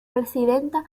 presidenta